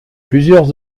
plusieurs